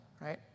right